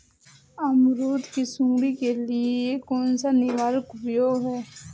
अमरूद की सुंडी के लिए कौन सा निवारक उपाय है?